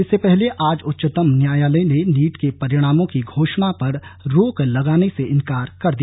इससे पहले आज उच्चतम न्यायालय ने नीट के परिणामों की घोषणा पर रोक लगाने से इन्कार कर दिया